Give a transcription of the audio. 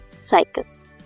cycles